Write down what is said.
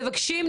מבקשים,